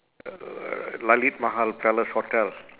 uh lalitha mahal palace hotel